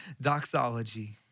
doxology